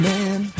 Man